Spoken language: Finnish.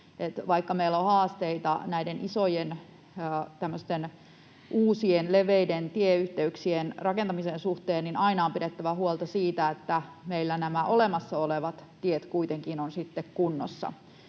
vaikka meillä on haasteita näiden uusien isojen, leveiden tieyhteyksien rakentamisen suhteen, niin aina on pidettävä huolta siitä, että meillä olemassa olevat tiet kuitenkin ovat sitten kunnossa.